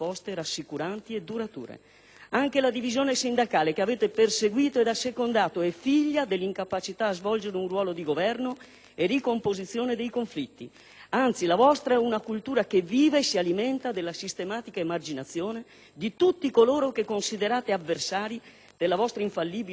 Anche la divisione sindacale che avete perseguito ed assecondato è figlia dell'incapacità a svolgere un ruolo di governo e di composizione dei conflitti, anzi la vostra è una cultura che vive e si alimenta dalla sistematica emarginazione di tutti coloro che considerate avversari della vostra infallibile ricetta di presunta modernità.